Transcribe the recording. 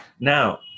Now